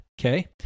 Okay